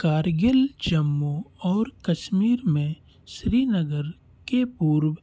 कारगिल जम्मू और कश्मीर में श्रीनगर के पूर्व